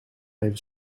even